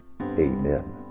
Amen